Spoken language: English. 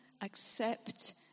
accept